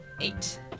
eight